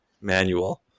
manual